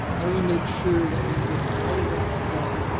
how do we make sure that when we're providing that to them,